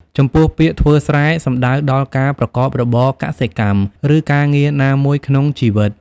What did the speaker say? ចំពោះពាក្យ ធ្វើស្រែ សំដៅដល់ការប្រកបរបរកសិកម្ម ឬការងារណាមួយក្នុងជីវិត។